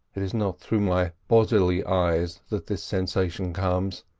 it is not through my bodily eyes that this sensation comes,